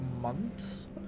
months